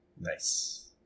Nice